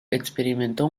experimentó